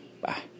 Bye